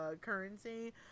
currency